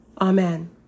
Amen